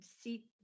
see